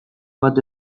bat